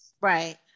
Right